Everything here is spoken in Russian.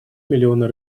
миллионы